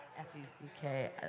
F-U-C-K